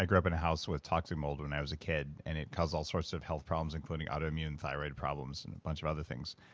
like up in a house with toxic mold when i was a kid, and it caused all sorts of health problems including autoimmune thyroid problems and a bunch of other things,